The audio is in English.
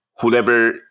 whoever